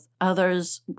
others